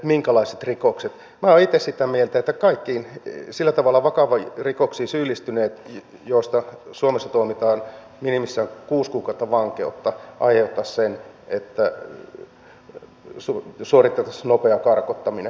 minä olen itse sitä meiltä että kaikkiin sillä tavalla vakaviin rikoksiin syyllistyminen että niistä suomessa tuomitaan minimissään kuusi kuukautta vankeutta aiheuttaisi sen että suoritettaisiin nopea karkottaminen